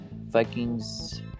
Vikings